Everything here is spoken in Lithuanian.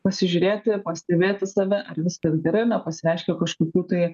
pasižiūrėti pastebėti save ar viskas gerai ar nepasireiškia kažkokių tai